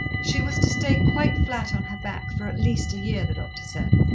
she was to stay quite flat on her back for at least a year, the doctor said,